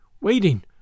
waiting